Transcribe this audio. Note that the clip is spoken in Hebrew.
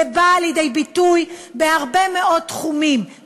זה בא לידי ביטוי בהרבה מאוד תחומים,